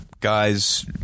guys